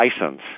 license